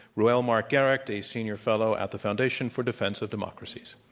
reuel marc gerecht, a senior fellow at the foundation for defense of democracies.